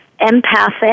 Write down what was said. empathic